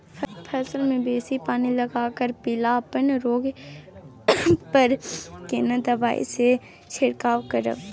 फसल मे बेसी पानी लागलाक बाद पीलापन रोग पर केना दबाई से छिरकाव करब?